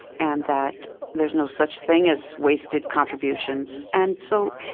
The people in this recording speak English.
and that there's no such thing as wasted contributions. and so,